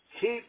Keep